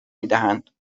میدهند